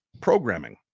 programming